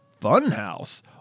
Funhouse